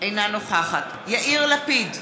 אינה נוכחת יאיר לפיד,